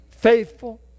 faithful